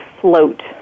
float